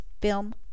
film